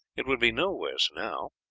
it would be no worse now.